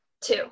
Two